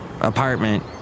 apartment